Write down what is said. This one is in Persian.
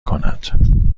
کند